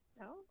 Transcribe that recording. No